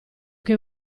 che